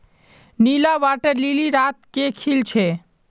नीला water lily रात के खिल छे